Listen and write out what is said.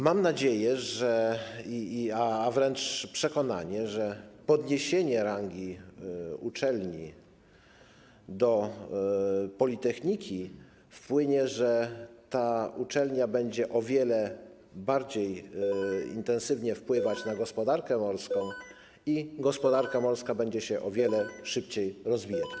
Mam nadzieję, a wręcz przekonanie, że podniesienie rangi uczelni do rangi politechniki wpłynie na to, że ta uczelnia będzie o wiele intensywniej wpływać na gospodarkę morską i gospodarka morska będzie się o wiele szybciej rozwijać.